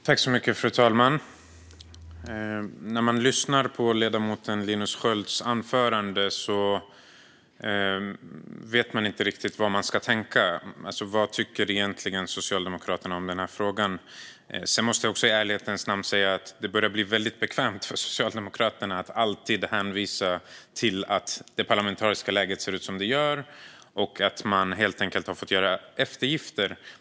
Fru talman! När man lyssnar på ledamoten Linus Skölds anförande vet man inte riktigt vad man ska tänka. Vad tycker Socialdemokraterna egentligen om denna fråga? Sedan måste jag i ärlighetens namn säga att det börjar bli väldigt bekvämt för Socialdemokraterna att alltid hänvisa till att det parlamentariska läget ser ut som det gör och att de helt enkelt har fått göra eftergifter.